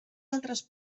altres